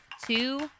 two